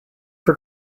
for